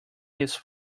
his